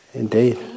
Indeed